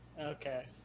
Okay